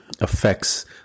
affects